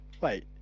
wait